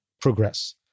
progress